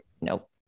Nope